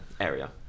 area